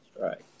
right